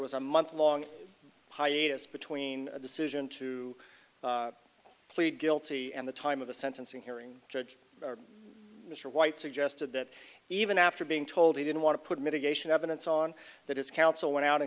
was a month long hiatus between the decision to plead guilty and the time of the sentencing hearing judge mr white suggested that even after being told he didn't want to put mitigation evidence on that his counsel went out and